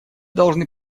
должны